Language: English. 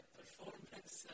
performance